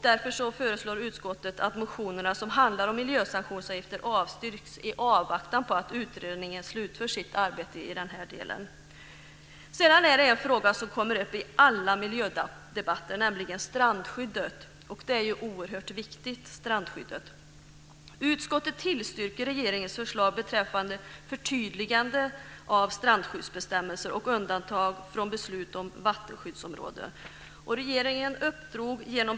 Därför föreslår utskottet att de motioner som handlar om miljösanktionsavgifter avstyrks i avvaktan på att utredningen slutför sitt arbete i den här delen. Sedan är det en fråga som kommer upp i alla miljödebatter, nämligen strandskyddet. Strandskyddet är ju oerhört viktigt. Utskottet tillstyrker regeringens förslag beträffande förtydliganden av strandskyddsbestämmelserna och undantag från beslut om vattenskyddsområden.